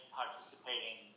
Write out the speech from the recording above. participating